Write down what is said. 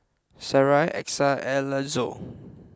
Sarai Exa and Alanzo